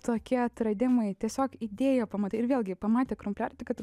tokie atradimai tiesiog idėją pamatai ir vėlgi pamatę krumpliaratį kad